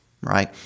right